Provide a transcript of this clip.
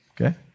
Okay